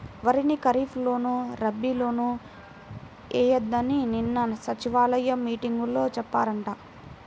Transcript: వరిని ఖరీప్ లోను, రబీ లోనూ ఎయ్యొద్దని నిన్న సచివాలయం మీటింగులో చెప్పారంట